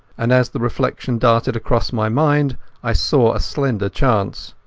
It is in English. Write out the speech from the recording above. and as the reflection darted across my mind i saw a slender chance.